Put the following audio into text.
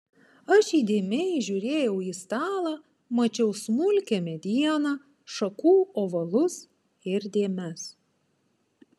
aš įdėmiai žiūrėjau į stalą mačiau smulkią medieną šakų ovalus ir dėmes